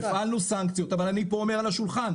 הפעלנו סנקציות אבל אני פה אומר על השולחן,